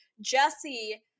Jesse